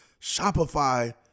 Shopify